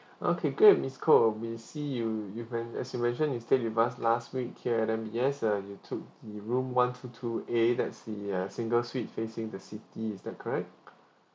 okay great miss koh uh we see you you men~ as you mentioned you stayed with us last week here and then yes uh you took the room one two two a that's the a single suite facing the city is that correct